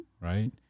right